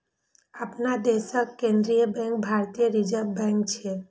अपना देशक केंद्रीय बैंक भारतीय रिजर्व बैंक छियै